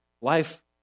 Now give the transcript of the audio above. life